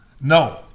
No